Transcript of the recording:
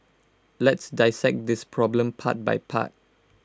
let's dissect this problem part by part